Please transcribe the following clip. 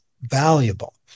valuable